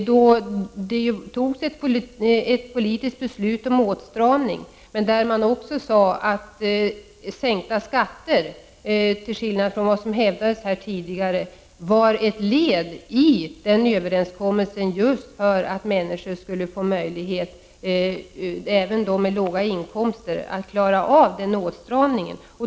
Då fattades ett politiskt beslut om åtstraming, men det sades också att sänkta skatter, till skillnad från vad som har hävdats tidigare i denna debatt, var ett led i överenskommelsen just för att även ge människor med låga inkomster möjligheter att klara åtstramningen.